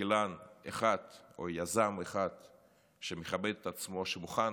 כלכלן או יזם אחד שמכבד את עצמו ומוכן